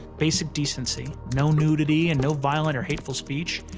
basic decency, no nudity, and no violent or hateful speech.